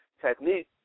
technique